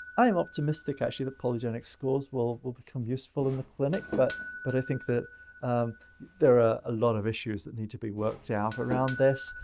i am optimistic actually that polygenic scores will will become useful in the clinic. but but i think that there are a lot of issues that need to be worked out around this.